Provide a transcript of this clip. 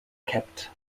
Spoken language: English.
kept